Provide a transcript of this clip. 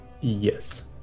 Yes